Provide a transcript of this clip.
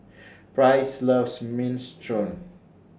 Price loves Minestrone